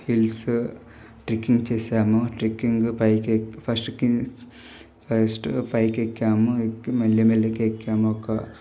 hills trekking చేసాము trekking పైకి ఎక్కి ఫస్ట్కి ఫస్ట్ పైకి ఎక్కాము ఎక్కి మెల్లిమెల్లిగా ఎక్కాము అక్క